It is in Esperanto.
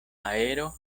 aero